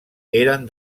eren